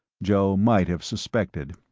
joe might have suspected.